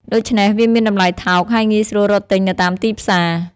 ដូច្នេះវាមានតម្លៃថោក ហើយងាយស្រួលរកទិញនៅតាមទីផ្សារ។